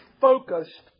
focused